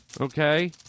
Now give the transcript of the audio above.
Okay